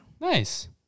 Nice